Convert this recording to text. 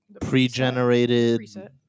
pre-generated